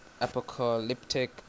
apocalyptic